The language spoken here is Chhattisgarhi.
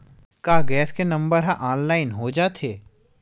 का गैस के नंबर ह ऑनलाइन हो जाथे?